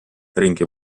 ringi